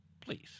please